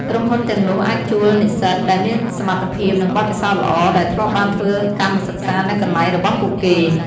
ក្រុមហ៊ុនទាំងនោះអាចជួលនិស្សិតដែលមានសមត្ថភាព និងបទពិសោធន៍ល្អ ដែលធ្លាប់បានធ្វើកម្មសិក្សានៅកន្លែងរបស់ពួកគេ។